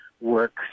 works